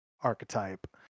archetype